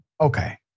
okay